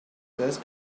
this